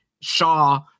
Shaw